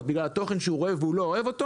בגלל התוכן שהוא רואה והוא לא אוהב אותו.